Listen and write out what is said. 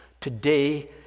Today